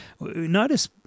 notice